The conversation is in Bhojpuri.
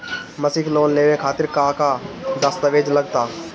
मसीक लोन लेवे खातिर का का दास्तावेज लग ता?